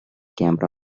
camera